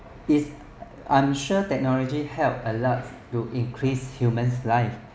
I'm sure technology help a lot to increase human life